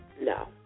No